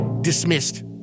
Dismissed